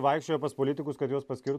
vaikščiojo pas politikus kad juos paskirtų